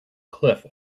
cliff